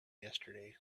yesterday